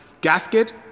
gasket